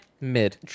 mid